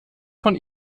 von